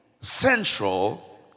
central